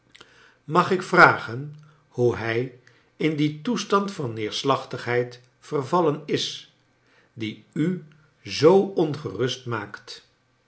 mag ik vragen hoe hij in dien toes tan d van neerslachtigheid vervallen is die u zoo ongerust maakt